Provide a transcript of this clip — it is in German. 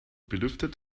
belüftet